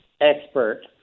expert